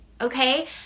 okay